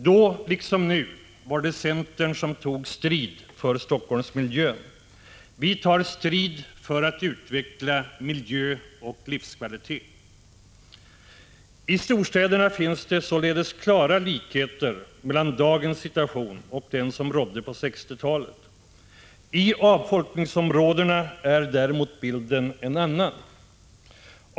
Då, liksom nu, var det centern som tog strid för Helsingforssmiljön. Vi tar strid för att utveckla miljö och livskvalitet. I storstäderna finns det således klara likheter mellan dagens situation och den som rådde på 1960-talet. I avfolkningsområdena är däremot bilden en annan.